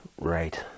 right